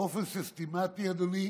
באופן סיסטמטי, אדוני,